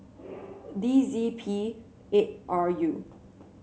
D Z P eight R U